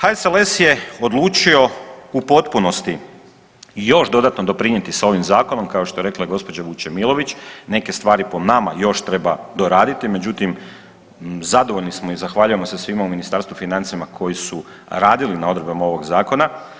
HSLS je odlučio u potpunosti još dodatno doprinijeti sa ovim zakonom, kao što je rekla gospođa Vučemilović neke stvari po nama još treba doraditi, međutim zadovoljni smo i zahvaljujemo se svima u Ministarstvu financija koji su radili na odredbama ovog zakona.